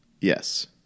Yes